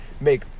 make